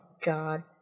god